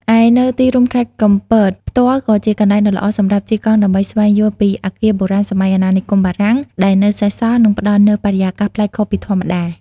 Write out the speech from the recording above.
ឯ នៅទីរួមខេត្តកំពតផ្ទាល់ក៏ជាកន្លែងដ៏ល្អសម្រាប់ជិះកង់ដើម្បីស្វែងយល់ពី អគារបុរាណសម័យអាណានិគមបារាំង ដែលនៅសេសសល់ និងផ្តល់នូវបរិយាកាសប្លែកខុសពីធម្មតា។